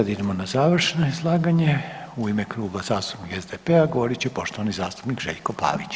Sada idemo na završno izlaganje u ime Kluba zastupnika SDP-a govorit će poštovani zastupnik Željko Pavić.